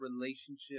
relationship